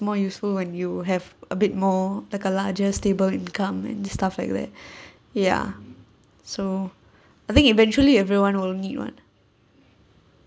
more useful when you have a bit more like a larger stable income and stuff like that ya so I think eventually everyone will need one